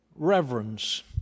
reverence